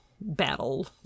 battle